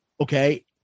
Okay